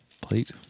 plate